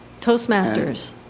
Toastmasters